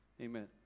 Amen